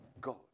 God